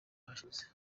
hashize